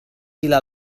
إلى